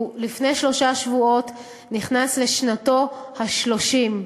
לפני שלושה שבועות הוא נכנס לשנתו ה-30.